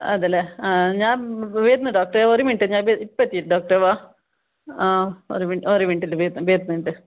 അതെ അല്ലേ ആ ഞാൻ വരുന്നു ഡോക്ടറെ ഒരു മിനിട്ട് ഞാൻ ഇപ്പം എത്തി ഡോക്ടറെ വാ ആ ഒരു മിനിറ്റ് ഒരു മിനിട്ടിൽ ബേ എത്ത് ബേ എത്ത്